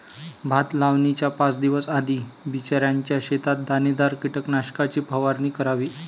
भात लावणीच्या पाच दिवस आधी बिचऱ्याच्या शेतात दाणेदार कीटकनाशकाची फवारणी करावी